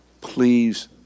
please